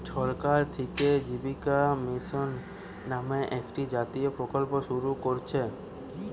সরকার থিকে জীবিকা মিশন নামে একটা জাতীয় প্রকল্প শুরু কোরছে